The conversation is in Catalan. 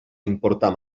importar